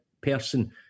person